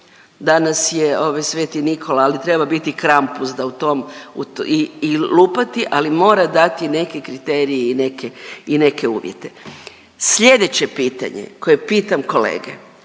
danas je ovaj Sveti Nikola, ali treba biti krampus da u tom u i i lupati ali mora dati neki kriterije i neke i neke uvjete. Slijedeće pitanje koje pitam kolege.